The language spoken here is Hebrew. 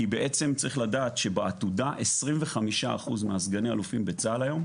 צריך לדעת שבעתודה 25 אחוזים מסגני האלופים בצבא הם